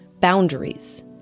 boundaries